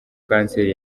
kanseri